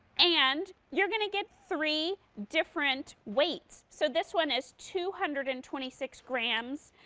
and you are going to get three different weights, so this one is two hundred and twenty six grams,